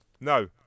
No